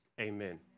amen